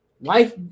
Life